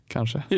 Kanske